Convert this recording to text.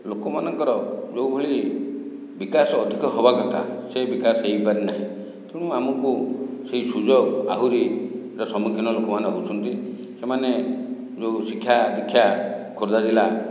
ଲୋକମାନଙ୍କର ଯେଉଁ ଭଳି ବିକାଶ ଅଧିକ ହେବା କଥା ସେହି ବିକାଶ ହୋଇପାରି ନାହିଁ ତେଣୁ ଆମକୁ ସେହି ସୁଯୋଗ ଆହୁରି ର ସମ୍ମୁଖୀନ ଲୋକମାନେ ହେଉଛନ୍ତି ସେମାନେ ଯେଉଁ ଶିକ୍ଷା ଦୀକ୍ଷା ଖୋର୍ଦ୍ଧା ଜିଲ୍ଲା